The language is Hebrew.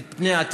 את פני העתיד.